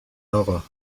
آقا